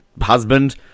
husband